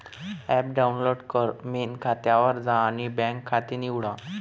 app download कर, main खात्यावर जा आणि बँक खाते निवडा